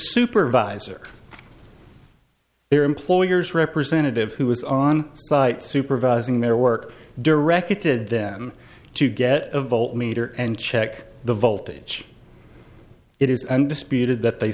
supervisor their employers representative who was on site supervising their work directed them to get a volt meter and check the voltage it is undisputed that they